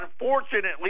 Unfortunately